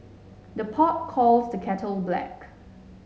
the pot calls the kettle black